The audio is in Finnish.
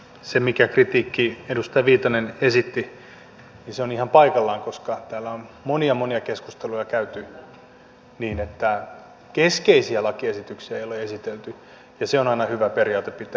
se minkä kritiikin edustaja viitanen esitti on ihan paikallaan koska täällä on monia monia keskusteluja käyty niin että keskeisiä lakiesityksiä ei ole esitelty ja se niiden esitteleminen aina hyvä periaate pitää